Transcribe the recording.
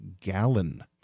gallon